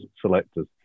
selectors